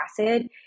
acid